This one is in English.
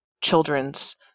children's